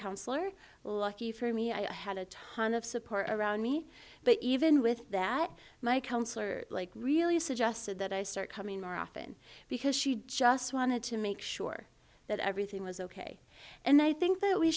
counsellor lucky for me i had a ton of support around me but even with that my counselor like really suggested that i start coming more often because she just wanted to make sure that everything was ok and i think that we